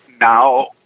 now